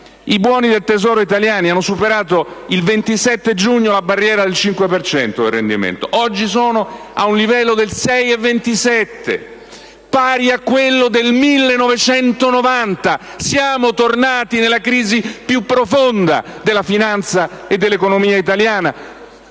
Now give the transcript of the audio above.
I buoni del Tesoro italiani hanno superato il 27 giugno la barriera del 5 per cento del rendimento, oggi sono ad un livello del 6,27, pari a quello del 1990: siamo tornati nella crisi più profonda della finanza e dell'economia italiana.